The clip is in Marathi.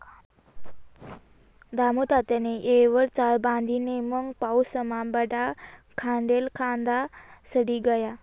दामुतात्यानी येयवर चाळ बांधी नै मंग पाऊसमा बठा खांडेल कांदा सडी गया